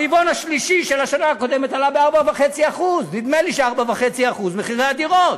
ברבעון השלישי של השנה הקודמת עלו ב-4.5% נדמה לי ש-4.5% מחירי הדירות.